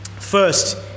First